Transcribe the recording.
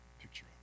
picture